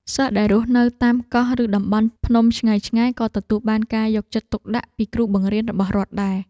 សិស្សដែលរស់នៅតាមកោះឬតំបន់ភ្នំឆ្ងាយៗក៏ទទួលបានការយកចិត្តទុកដាក់ពីគ្រូបង្រៀនរបស់រដ្ឋដែរ។